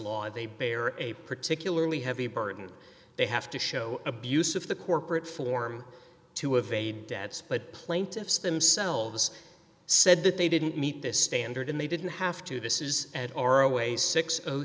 law they bear a particularly heavy burden they have to show abuse of the corporate form to evade debts but plaintiffs themselves said that they didn't meet this standard and they didn't have to this is and are always six